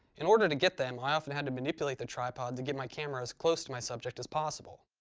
in order to get them i often had to manipulate the tripod to get my camera as close to my subject as possible.